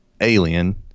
alien